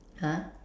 !huh!